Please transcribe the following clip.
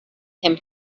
him